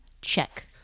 check